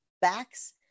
backs